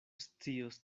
scios